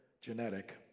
genetic